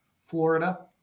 Florida